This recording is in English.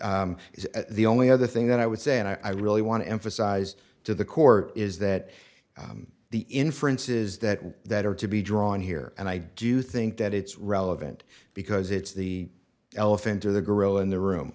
on the only other thing that i would say and i really want to emphasize to the court is that the inferences that we that are to be drawn here and i do think that it's relevant because it's the elephant or the gorilla in the room